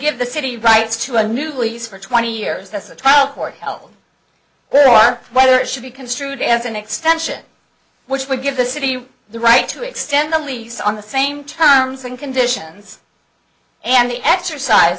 give the city rights to a new lease for twenty years thus the trial court held why there should be construed as an extension which would give the city the right to extend the lease on the same terms and conditions and the exercise